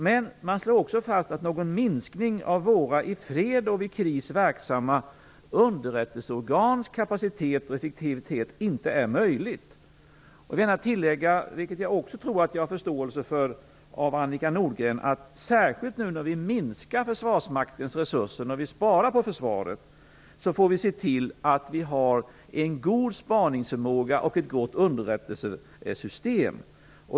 Men man slår också fast att någon minskning av våra i fred och vid kris verksamma underrättelseorgans kapacitet och effektivitet inte är möjligt att genomföra. Jag vill gärna tillägga - och det tror jag att jag har förståelse för från Annika Nordgren - att särskilt nu när Försvarsmaktens resurser minskas måste vi se till att det finns en god spaningsförmåga och ett gott underrättelsesystem.